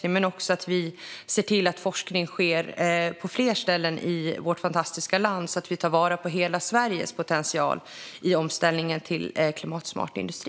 Men det handlar också om att vi ser till att forskning sker på fler ställen i vårt fantastiska land så att vi tar vara på hela Sveriges potential i omställningen till klimatsmart industri.